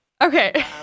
Okay